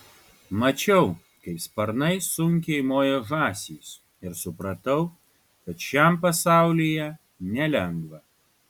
mačiau kaip sparnais sunkiai moja žąsys ir supratau kad šiam pasaulyje nelengva